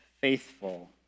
faithful